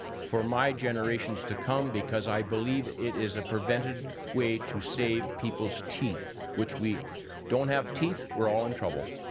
for my generations to come because i believe it is a preventive way to save people's teeth which we don't have teeth, we're all in trouble.